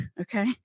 okay